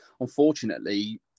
unfortunately